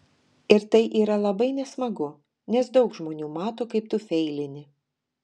ir tai yra labai nesmagu nes daug žmonių mato kaip tu feilini